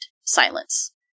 Silence